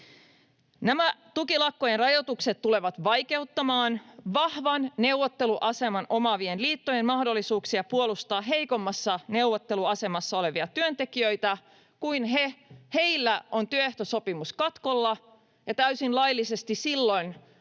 Nämä tukilakkojen rajoitukset tulevat vaikeuttamaan vahvan neuvotteluaseman omaavien liittojen mahdollisuuksia puolustaa heikommassa neuvotteluasemassa olevia työntekijöitä, kun heillä on työehtosopimus katkolla ja täysin laillisesti silloin